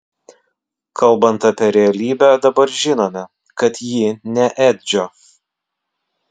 kalbant apie realybę dabar žinome kad ji ne edžio